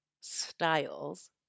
styles